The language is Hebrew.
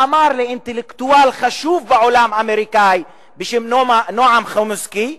שאמר לאינטלקטואל חשוב בעולם האמריקני בשם נועם חומסקי,